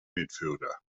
midfielder